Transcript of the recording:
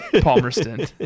palmerston